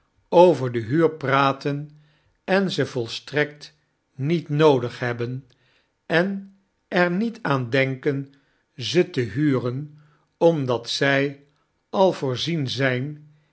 over de huur praten en ze volstrekt niet noodig hebben en er niet aan denken ze te huren omdat zij al voorzien zyn